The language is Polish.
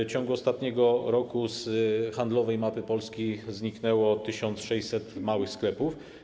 W ciągu ostatniego roku z handlowej mapy Polski zniknęło 1600 małych sklepów.